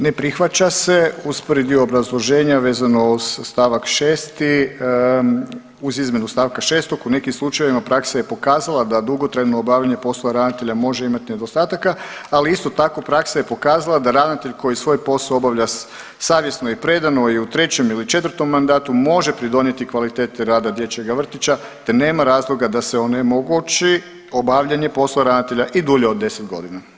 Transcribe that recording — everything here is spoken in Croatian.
Ne prihvaća se, uz prvi dio obrazloženja vezano uz stavak 6., uz izmjenu stavka 6. u nekim slučajevima praksa je pokazala da dugotrajno obavljanje posla ravnatelja može imati nedostataka ali isto tako praksa je pokazala da ravnatelj koji svoj posao obavlja savjesno i predano i u trećem ili četvrtom mandatu može pridonijeti kvaliteti rada dječjega vrtića te nema razloga da se onemogući obavljanje poslova ravnatelja i dulje od 10 godina.